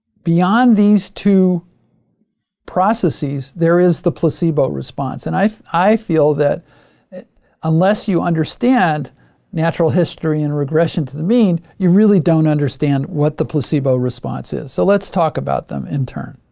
beyond these two processes, there is the placebo response. and, i i feel that unless you understand natural history and the regression to the mean, you really don't understand what the placebo response is. so let's talk about them in turn.